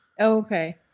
okay